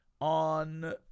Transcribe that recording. on